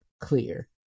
clear